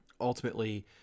ultimately